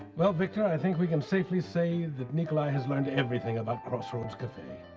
well, victor, i think we can safely say that nicolae has learned everything about crossroads cafe.